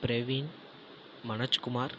Praveen Manojkumar